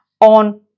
on